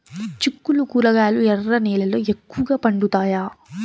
చిక్కుళ్లు కూరగాయలు ఎర్ర నేలల్లో ఎక్కువగా పండుతాయా